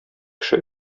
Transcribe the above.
кеше